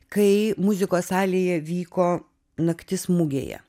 kai muzikos salėje vyko naktis mugėje